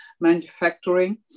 manufacturing